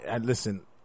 listen